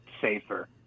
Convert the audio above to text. safer